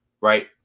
right